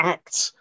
Acts